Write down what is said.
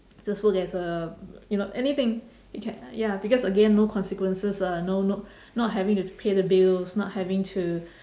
just so there's a you know anything you can ya because again no consequences ah no no not having to pay the bills not having to